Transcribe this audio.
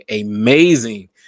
amazing